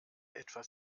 etwas